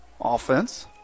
offense